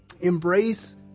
embrace